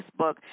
Facebook